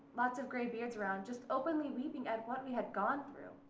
lots of gray beards around, just openly weeping at what we had gone through.